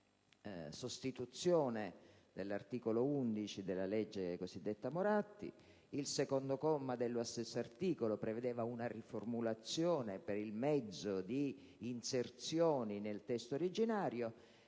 comma 11 dell'articolo 1 della cosiddetta legge Moratti, un secondo comma dello stesso articolo prevedeva una riformulazione per il mezzo di inserzioni nel testo originario,